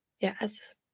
yes